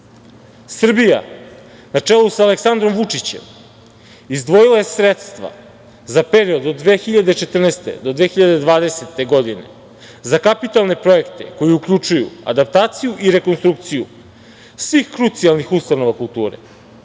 Srbija, na čelu sa Aleksandrom Vučićem, izdvojila je sredstva za period od 2014. do 2020. godine za kapitalne projekte koji uključuju adaptaciju i rekonstrukciju svih krucijalnih ustanova kulture,